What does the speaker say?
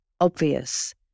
obvious